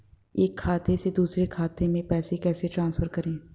एक खाते से दूसरे खाते में पैसे कैसे ट्रांसफर करें?